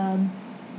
um